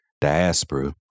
Diaspora